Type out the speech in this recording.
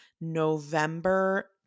November